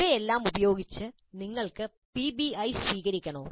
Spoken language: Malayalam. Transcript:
ഇവയെല്ലാം ഉപയോഗിച്ച് നിങ്ങൾക്ക് പിബിഐ സ്വീകരിക്കണോ